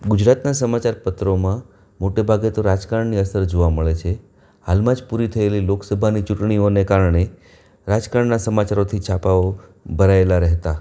ગુજરાતનાં સમાચાર પત્રોમાં મોટે ભાગે તો રાજકારણની અસર જોવા મળે છે હાલમાં જ પૂરી થયેલી લોકસભાની ચૂંટણીઓને કારણે રાજકારણના સમાચારોથી છાપાઓ ભરાએલા રહેતા